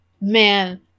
man